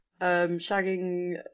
Shagging